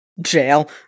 jail